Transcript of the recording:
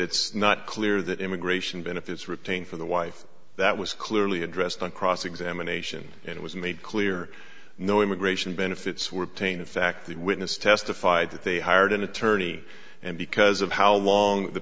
it's not clear that immigration benefits retain for the wife that was clearly addressed on cross examination it was made clear no immigration benefits were obtained in fact the witness testified that they hired an attorney and because of how long the